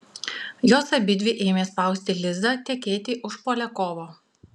jos abidvi ėmė spausti lizą tekėti už poliakovo